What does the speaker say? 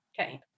okay